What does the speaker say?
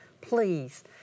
Please